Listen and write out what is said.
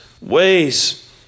ways